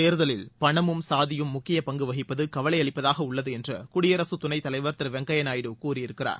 தேர்தலில் பணமும் சாதியும் முக்கிய பங்கு வகிப்பது கவலை அளிப்பதாக உள்ளது என்று குடியரசு துணைத் தலைவர் திரு வெங்கைய நாயுடு கூறியிருக்கிறார்